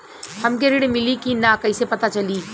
हमके ऋण मिली कि ना कैसे पता चली?